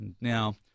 Now